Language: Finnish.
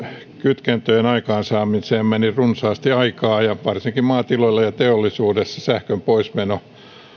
kytkentöjen aikaansaamiseen meni runsaasti aikaa ja varsinkin maatiloilla ja teollisuudessa sähkön poikki meneminen